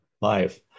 life